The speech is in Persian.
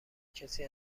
کسی